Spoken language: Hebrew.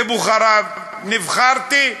לבוחריו: נבחרתי,